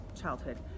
childhood